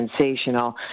sensational